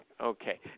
Okay